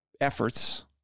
efforts